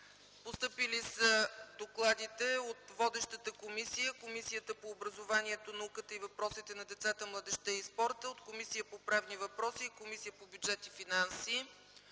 Постъпили са докладите от водещата Комисия по образованието, науката и въпросите на децата, младежта и спорта, от Комисията по правни въпроси и от Комисията по бюджет и финанси.